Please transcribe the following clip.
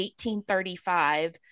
1835